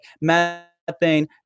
methane